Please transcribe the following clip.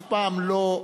התשע"ב 2012,